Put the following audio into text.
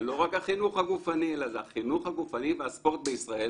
זה לא רק החינוך הגופני אלא זה החינוך הגופני והספורט בישראל,